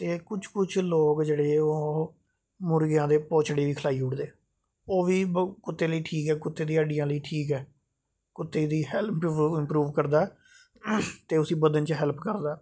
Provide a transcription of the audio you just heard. ते कुश कुश लोग जेह्ड़े मुर्गेंआ दे पैंचड़े बी खलाई ओड़दे ओह् बी कुत्ते लेई ठीक ऐ कुत्ते दी हड्डियां लेई ठीक ऐ कुत्ते दी हैल्थ ठीक करदा ते उसगी बदन च हैल्प करदा